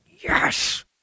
yes